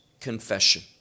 confession